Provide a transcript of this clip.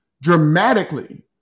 dramatically